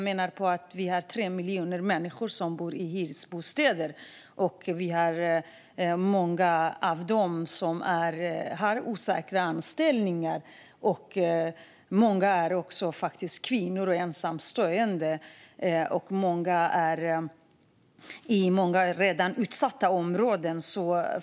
Men vi har 3 miljoner människor som bor i hyresbostäder, och många av dem har osäkra anställningar. Många är också kvinnor och ensamstående, och många bor i redan utsatta områden.